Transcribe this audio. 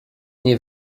nie